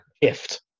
gift